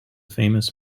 famous